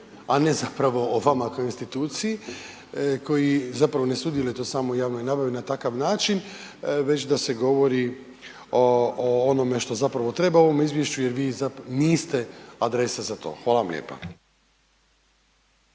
a ne zapravo o vama kao instituciji koji zapravo ne sudjelujete u samoj javnoj nabavi na takav način već da se govori o onome što zapravo treba u ovome izvješću jer vi niste adresa za to. Hvala vam lijepa.